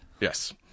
Yes